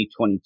2022